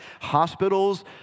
Hospitals